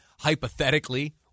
hypothetically